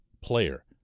player